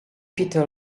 peter